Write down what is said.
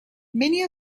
many